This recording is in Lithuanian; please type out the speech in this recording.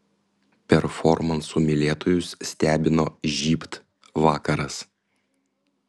performansų mylėtojus stebino žybt vakaras